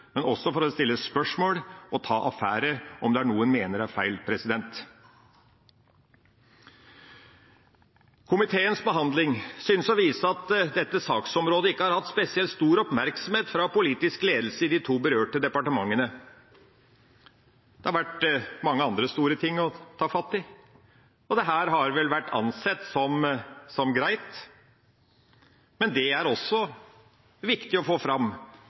men også for å stille spørsmål og ta affære om det er noe en mener er feil. Komiteens behandling synes å vise at dette saksområdet ikke har hatt spesielt stor oppmerksomhet fra politisk ledelse i de to berørte departementene. Det har vært mange andre store ting å ta fatt i, og dette har vel vært ansett som greit, men det er også viktig å få fram,